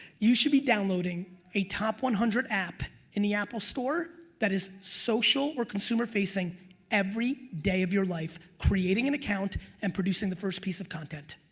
you should be downloading a top one hundred app in the apple store that is social or consumer facing every day of your life, creating an account and producing the first piece of content.